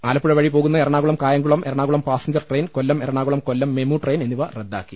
ആലപ്പുഴ വഴി പോകുന്ന Ernakulam Kayamkulam Ernakulam passenger train Kollam Ernakulam Kollam MEMU train എന്നിവ റദ്ദാക്കി